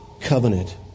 covenant